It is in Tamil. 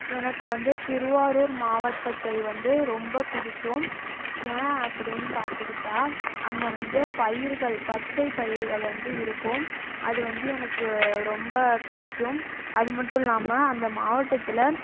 எனக்கு வந்து திருவாரூர் மாவட்டத்தை வந்து ரொம்ப பிடிக்கும் ஏன் அப்படீன்னு பார்த்துக்கிட்டா அங்கே வந்து பயிர்கள் பச்சை பயிர்கள் வந்து இருக்கும் அது வந்து எனக்கு ரொம்ப பிடிக்கும் அது மட்டும் இல்லாமல் அந்த மாவட்டத்தில்